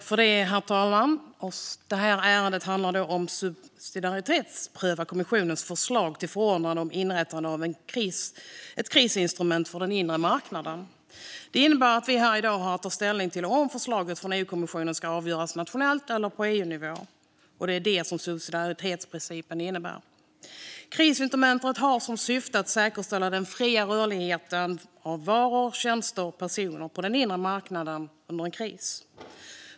Herr talman! Detta ärende handlar om att subsidiaritetspröva kommissionens förslag till förordning om inrättande av ett krisinstrument för den inre marknaden. Det innebär att vi här i dag har att ta ställning till om förslaget från EU-kommissionen ska avgöras nationellt eller på EU-nivå. Det är detta som subsidiaritetsprincipen innebär. Krisinstrumentet har som syfte att säkerställa den fria rörligheten för varor, tjänster och personer på den inre marknaden under en kris.